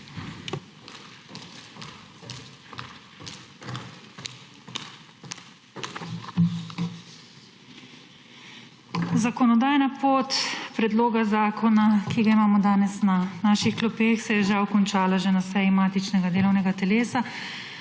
Zakonodajna pot predloga zakona, ki ga imamo danes na naših klopeh, se je žal končala že na seji matičnega delovnega telesa,